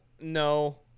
no